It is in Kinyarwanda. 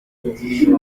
ibi